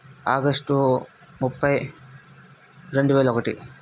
August ముప్ఫై రెండు వేల ఒకటి